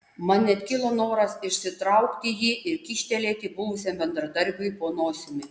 man net kilo noras išsitraukti jį ir kyštelėti buvusiam bendradarbiui po nosimi